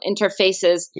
interfaces